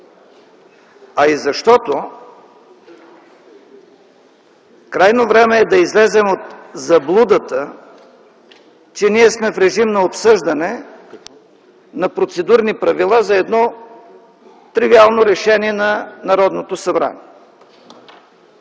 а и защото крайно време е да излезем от заблудата, че ние сме в режим на обсъждане на процедурни правила за едно тривиално решение на Народното събрание.